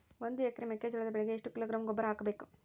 ಒಂದು ಎಕರೆ ಮೆಕ್ಕೆಜೋಳದ ಬೆಳೆಗೆ ಎಷ್ಟು ಕಿಲೋಗ್ರಾಂ ಗೊಬ್ಬರ ಹಾಕಬೇಕು?